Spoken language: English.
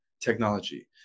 technology